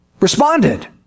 responded